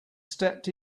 stepped